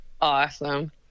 Awesome